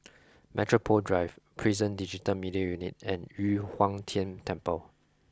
Metropole Drive Prison Digital Media Unit and Yu Huang Tian Temple